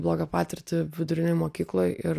blogą patirtį vidurinėj mokykloj ir